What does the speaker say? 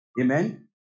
Amen